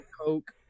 Coke